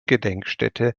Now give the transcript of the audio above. gedenkstätte